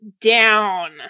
down